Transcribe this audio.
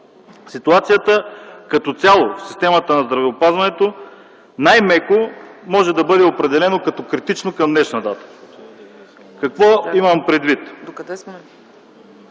ситуацията като цяло в системата на здравеопазването, най-меко може да бъде определена като критична, към днешна дата. Какво имам предвид?